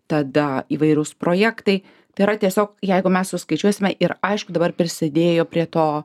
tada įvairūs projektai tai yra tiesiog jeigu mes suskaičiuosime ir aišku dabar prisidėjo prie to